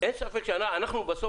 אין ספק, בסוף